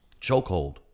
chokehold